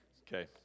Okay